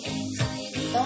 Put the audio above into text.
anxiety